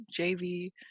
JV